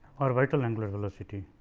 orbital angular velocity